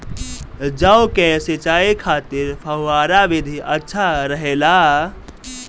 जौ के सिंचाई खातिर फव्वारा विधि अच्छा रहेला?